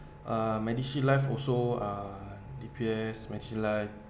uh MediShield Life also uh D_P_S MediShield Life